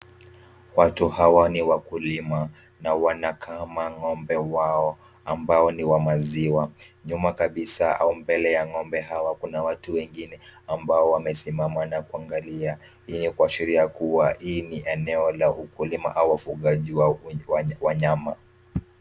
Watu hawa ni wakulima na wanakama ng'ombe wao ambao ni wa maziwa. Nyuma kabisa au mbele ya ng'ombe hawa kuna watu wengine ambao wamesimama na kuangalia. Hii ni kuashiria kuwa hii ni eneo la ukulima au wafugaji wa wanyama.